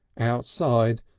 outside.